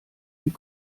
die